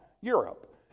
Europe